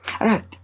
right